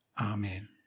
Amen